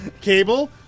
cable